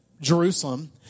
Jerusalem